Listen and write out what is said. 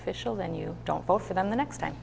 official then you don't vote for them the next time